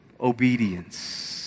obedience